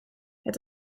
het